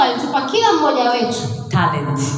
talent